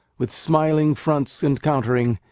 with smiling fronts encountering,